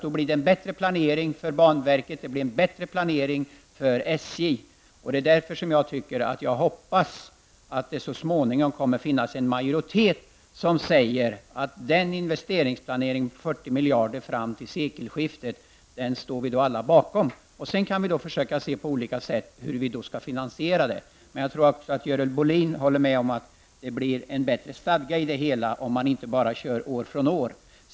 Då blir det en bättre planering för banverket och för SJ. Det är därför jag hoppas att det så småningom kommer att finnas en majoritet som säger att den står bakom investeringsplaneringen på 40 miljarder fram till sekelskiftet. Sedan kan vi på olika sätt försöka finansiera detta. Men jag tror att även Görel Bohlin håller med om att det blir en bättre stadga i det hela om man inte bara kör år från år.